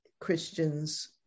Christians